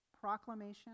proclamation